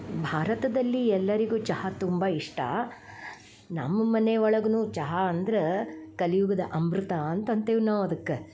ಭಾರತದಲ್ಲಿ ಎಲ್ಲರಿಗು ಚಹಾ ತುಂಬಾ ಇಷ್ಟ ನಮ್ಮ ಮನೆ ಒಳಗೂ ಚಹಾ ಅಂದ್ರೆ ಕಲಿಯುಗದ ಅಮೃತ ಅಂತಂತೇವೆ ನಾವು ಅದಕ್ಕೆ